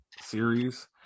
series